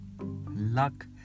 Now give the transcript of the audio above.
Luck